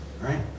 Right